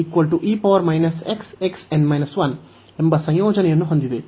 ಇಲ್ಲಿ ಇದು ಎಂಬ ಸಂಯೋಜನೆಯನ್ನು ಹೊಂದಿದೆ